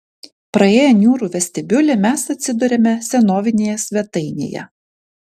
praėję niūrų vestibiulį mes atsiduriame senovinėje svetainėje